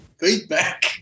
Feedback